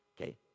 Okay